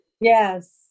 Yes